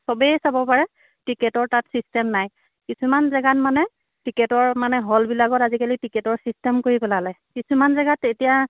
চবেই চাব পাৰে টিকেটৰ তাত চিষ্টেম নাই কিছুমান জেগাত মানে টিকেটৰ মানে হ'লবিলাকত আজিকালি টিকেটৰ চিষ্টেম কৰি পেলালে কিছুমান জেগাত এতিয়া